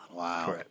Wow